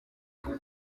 uko